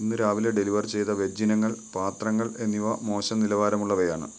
ഇന്ന് രാവിലെ ഡെലിവർ ചെയ്ത വെജ്ജിനങ്ങൾ പാത്രങ്ങൾ എന്നിവ മോശം നിലവാരമുള്ളവയാണ്